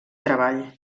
treball